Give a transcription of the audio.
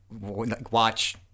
watch